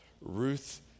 Ruth